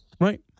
Right